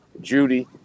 Judy